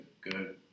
good